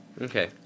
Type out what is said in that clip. Okay